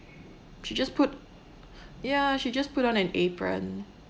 she just put ya she just put on an apron